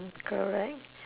correct